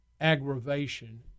aggravation